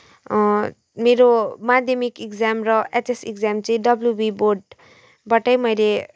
मेरो माध्यमिक एक्जाम र एचएस एक्जाम चाहिँ डब्ल्यु बी बोर्डबाटै मैले